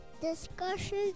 discussion